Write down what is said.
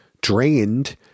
drained